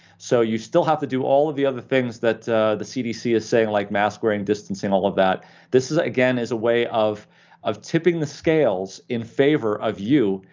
so you still have to do all of the other things that the cdc is saying, like mask-wearing, distancing, all of that this is, again, is a way of of tipping the scales in favor of you.